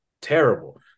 terrible